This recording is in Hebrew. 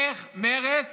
איך מרצ